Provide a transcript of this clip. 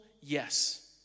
yes